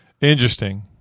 Interesting